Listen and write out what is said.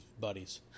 buddies